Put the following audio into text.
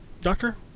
Doctor